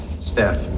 Steph